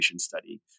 study